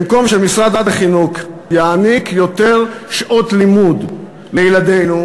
במקום שמשרד החינוך יעניק יותר שעות לימוד לילדינו,